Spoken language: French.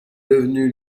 devenue